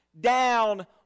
down